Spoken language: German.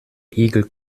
igel